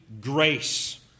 grace